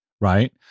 right